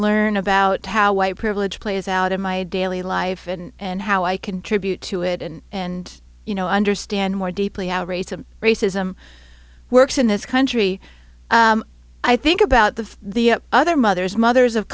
learn about how white privilege plays out in my daily life and how i contribute to it and and you know understand more deeply our rates of racism works in this country i think about the the other mothers mothers of